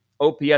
OPS